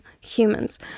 humans